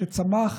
שצמח